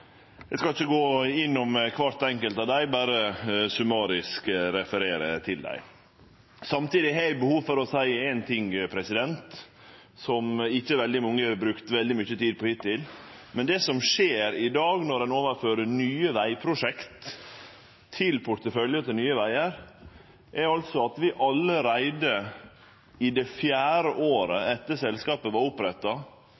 Eg skal ikkje gå innom kvart enkelt av dei, berre summarisk referere til dei. Samtidig har eg behov for å seie éin ting som ikkje veldig mange har brukt veldig mykje tid på hittil. Det som skjer i dag når ein overfører nye vegprosjekt til porteføljen til Nye vegar, er at vi allereie i det fjerde